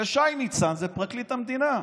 ושי ניצן זה פרקליט המדינה.